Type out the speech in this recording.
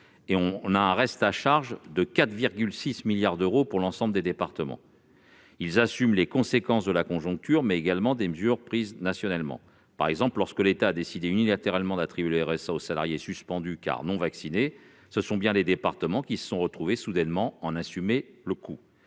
un reste à charge total de 4,6 milliards d'euros. Les départements assument les conséquences, non seulement de la conjoncture, mais aussi des mesures prises nationalement. Par exemple, lorsque l'État a décidé unilatéralement d'attribuer le RSA aux salariés suspendus, car non vaccinés, ce sont bien les départements qui ont dû soudainement en assumer le coût.